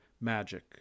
magic